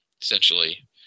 essentially